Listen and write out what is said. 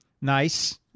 nice